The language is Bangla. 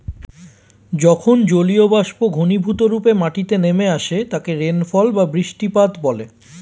যখন জলীয়বাষ্প ঘনীভূতরূপে মাটিতে নেমে আসে তাকে রেনফল বা বৃষ্টিপাত বলে